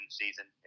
season